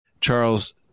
Charles